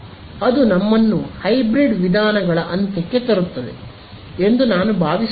ಅದು ನಮ್ಮನ್ನು ಹೈಬ್ರಿಡ್ ವಿಧಾನಗಳ ಅಂತ್ಯಕ್ಕೆ ತರುತ್ತದೆ ಎಂದು ನಾನು ಭಾವಿಸುತ್ತೇನೆ